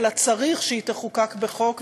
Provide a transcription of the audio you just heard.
אלא צריך שהיא תחוקק בחוק,